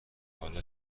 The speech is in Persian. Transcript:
حالا